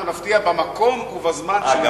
אנחנו נפתיע במקום ובזמן שנבחר.